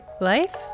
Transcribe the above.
life